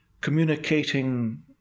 Communicating